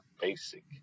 basic